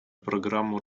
программу